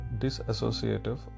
disassociative